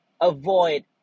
avoid